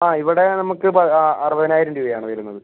ആ ഇവിടെ നമുക്ക് അറുപതിനായിരം രൂപയാണ് വരുന്നത്